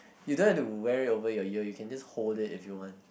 you don't have to wear it over your ear you can just hold it if you want